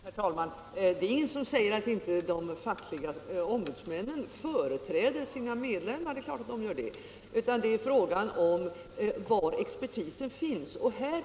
Herr talman! Det är ingen som säger att inte de fackliga ombudsmännen företräder sina medlemmar — det är klart att de gör det — utan det är fråga om var expertisen finns.